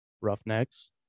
Roughnecks